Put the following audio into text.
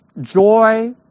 joy